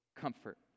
comfort